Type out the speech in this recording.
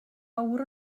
awr